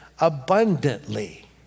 abundantly